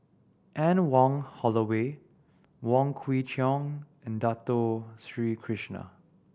Anne Wong Holloway Wong Kwei Cheong and Dato Sri Krishna